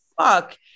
fuck